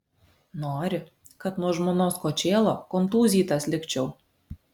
nori kad nuo žmonos kočėlo kontūzytas likčiau